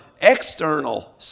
external